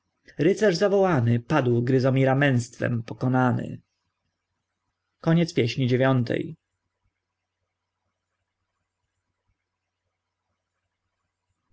rycerz zawołany padł gryzomira męztwem pokonany